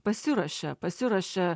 pasiruošia pasiruošia